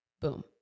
Boom